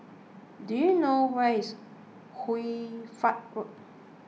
do you know where is Hoy Fatt Road